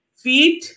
feet